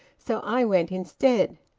so i went instead.